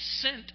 sent